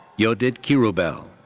yodit kirubel.